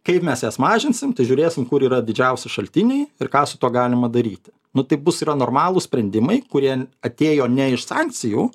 kaip mes jas mažinsim tai žiūrėsim kur yra didžiausi šaltiniai ir ką su tuo galima daryti nu tai bus yra normalūs sprendimai kurie atėjo ne iš sankcijų